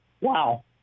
wow